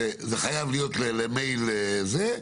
שזה חייב להיות למייל זה.